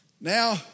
Now